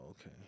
okay